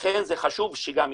לכן זה חשוב שזה גם יהיה.